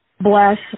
bless